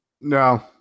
no